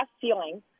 ceiling